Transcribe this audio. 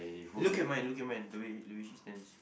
look at mine look at mine the way the way she stands